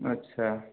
ଆଚ୍ଛା